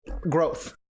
growth